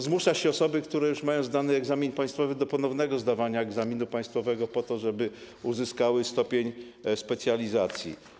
Zmusza się osoby, które mają zdany egzamin państwowy, do ponownego zdawania egzaminu państwowego po to, żeby uzyskały stopień specjalizacji.